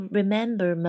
remember